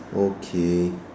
okay